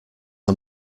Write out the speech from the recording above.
are